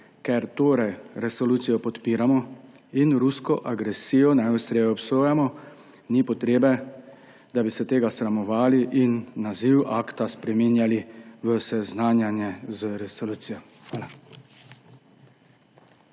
Ker resolucijo podpiramo in rusko agresijo najostreje obsojamo, ni potrebe, da bi se tega sramovali in naziv akta spreminjali v seznanjanje z resolucijo. Hvala.